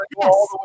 Yes